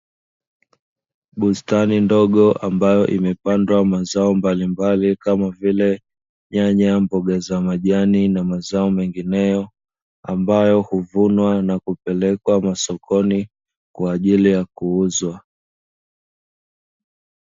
Bustani ndogo ambayo imepandwa mazao mbalimbali kama vile nyanya, mboga za majani na mazao mengineyo ambayo huponwa na kupelekwa masokoni kwaajili ya kuuzwa.